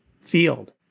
field